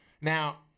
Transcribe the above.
Now